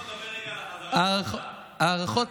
בוא נדבר רגע על החזרה לעזה.